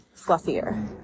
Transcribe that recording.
fluffier